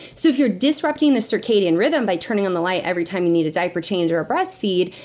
so if you're disrupting the circadian rhythm, by turning on the light every time you need a diaper change or a breast feed,